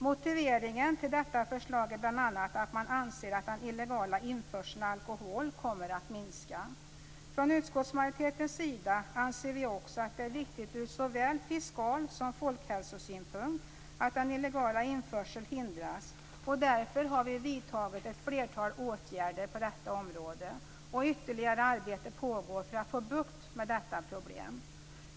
Motiveringen till detta förslag är bl.a. att man anser att den illegala införseln av alkohol kommer att minska. Från utskottsmajoritetens sida anser vi också att det är viktigt ur såväl fiskal som folkhälsosynpunkt att den illegala införseln hindras. Därför har vi vidtagit ett flertal åtgärder på detta område och ytterligare arbete pågår för att få bukt med detta problem.